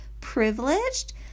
privileged